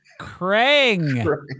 Krang